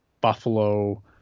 Buffalo